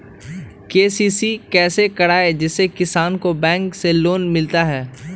KCC कैसे कराये जिसमे किसान को बैंक से लोन मिलता है?